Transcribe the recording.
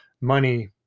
Money